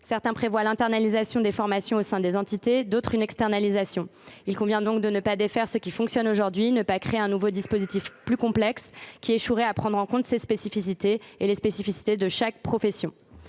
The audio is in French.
certains prévoient l’internalisation des formations au sein des entités ; d’autres, une externalisation. Il convient donc de ne pas défaire ce qui fonctionne actuellement en créant un nouveau dispositif plus complexe, qui échouerait à tenir compte des spécificités de chaque profession.